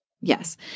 Yes